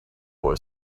boy